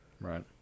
Right